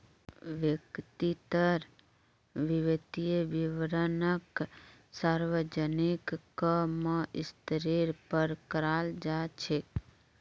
व्यक्तिर वित्तीय विवरणक सार्वजनिक क म स्तरेर पर कराल जा छेक